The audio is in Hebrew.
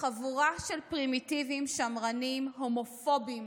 חבורה של פרימיטיבים שמרנים הומופובים